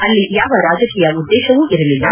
ಅಲ್ಲಿ ಯಾವ ರಾಜಕೀಯ ಉದ್ಲೇಶವೂ ಇರಲಿಲ್ಲ